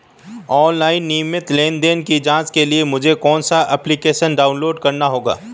Online नियमित लेनदेन की जांच के लिए मुझे कौनसा एप्लिकेशन डाउनलोड करना होगा?